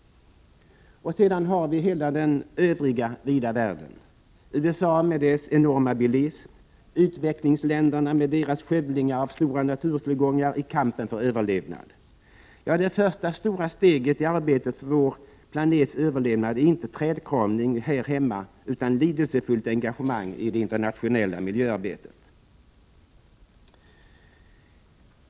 Sedan har vi hela den övriga vida världen — USA med dess enorma bilism, utvecklingsländerna med deras skövlingar av stora naturtillgångar i kampen för överlevnad. Det första stora steget i arbetet för vår planets överlevnad är inte trädkramning här hemma utan lidelsefullt engagemang i det internationella miljöarbetet.